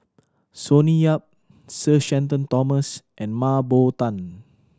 Sonny Yap Sir Shenton Thomas and Mah Bow Tan